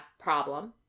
problem